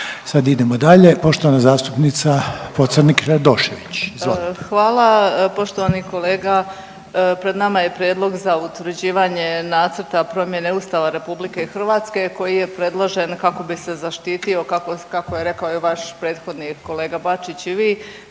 Izvolite. **Pocrnić-Radošević, Anita (HDZ)** Hvala. Poštovani kolega, pred nama je Prijedlog za utvrđivanje nacrta promjene Ustava RH koji je predložen kako bi se zaštitio kako je rekao i vaš prethodni kolega Bačić i vi,